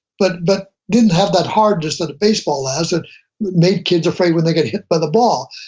but but didn't have that hardness that a baseball has, it made kids afraid when they got hit by the ball.